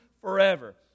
forever